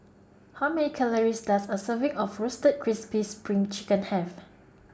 How Many Calories Does A Serving of Roasted Crispy SPRING Chicken Have